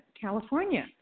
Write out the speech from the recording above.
California